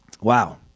wow